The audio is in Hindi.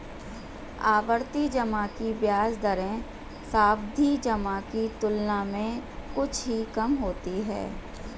आवर्ती जमा की ब्याज दरें सावधि जमा की तुलना में कुछ ही कम होती हैं